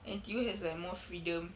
N_T_U has like more freedom